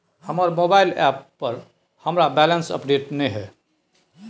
हमर mobile app पर हमरा बैलेंस अपडेट नय हय